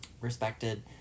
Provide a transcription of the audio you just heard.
respected